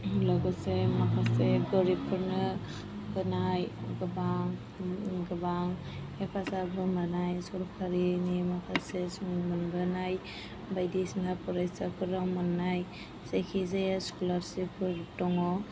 लोगोसे माखासे गोरिबफोरनो होनाय गोबां गोबां हेफाजाबबो मोननाय सरकारिनि माखासे जों मोनबोनाय बायदिसिना फरायसाफोरा मोननाय जायखिजाया स्क'लारशिपफोर दङ